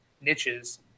niches